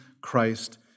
Christ